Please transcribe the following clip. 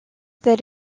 that